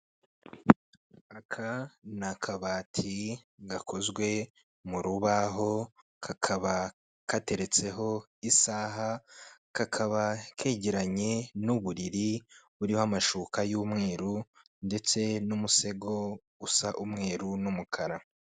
Aka ni akabati gakozwe mu rubaho kakaba kateretseho isaha kakaba kegeranye n'uburiri buriho amashuka y'umweru ndetse n'umesego usa umweru n'umukara.